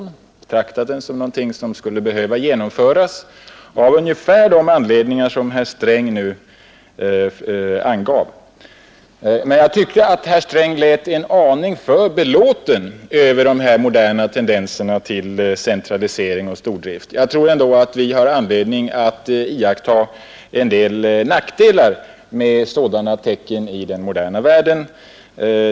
Vi betraktar den som någonting som behövde genomföras — av ungefär de anledningar som herr Sträng här angav. Men jag tyckte att herr Sträng lät en aning för belåten med de moderna tendenserna till centralisering och stordrift. Jag tror att vi också har all anledning att notera vissa nackdelar med sådana tecken i den moderna världen.